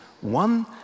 One